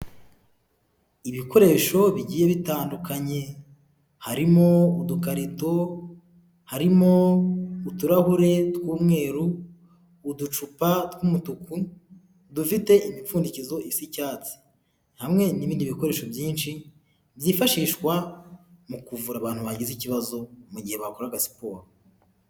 Ibikoresho bigiye bitandukanye, harimo udukarito, harimo uturahure tw'umweru, uducupa tw'umutuku dufite imipfundikizo isa icyatsi, hamwe n'ibindi bikoresho byinshi byifashishwa mu kuvura abantu bagize ikibazo mu gihe bakoraga siporo.